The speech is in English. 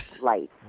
light